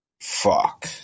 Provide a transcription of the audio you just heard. fuck